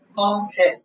Okay